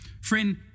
Friend